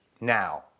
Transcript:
now